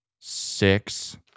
six